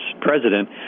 president